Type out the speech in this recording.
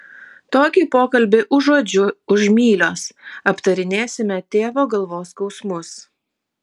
tokį pokalbį užuodžiu už mylios aptarinėsime tėvo galvos skausmus